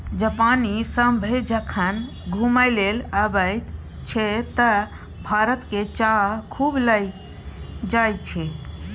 जापानी सभ जखन घुमय लेल अबैत छै तँ भारतक चाह खूब लए जाइत छै